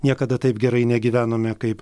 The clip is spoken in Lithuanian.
niekada taip gerai negyvenome kaip